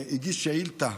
הגיש שאילתה